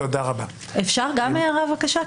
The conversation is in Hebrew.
אפשר גם הערה, בבקשה?